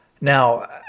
Now